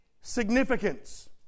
significance